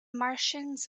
martians